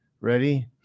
ready